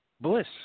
bliss